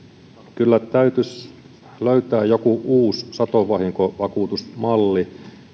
kyllä täytyisi löytää jokin uusi satovahinkovakuutusmalli